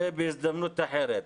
זה בהזדמנות אחרת.